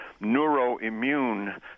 neuroimmune